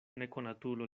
nekonatulo